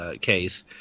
case